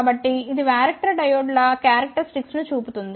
కాబట్టి ఇది వరాక్టర్ డయోడ్ల క్యారక్టరిస్టిక్స్ ను చూపుతుంది